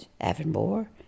Avonmore